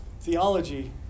Theology